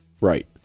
right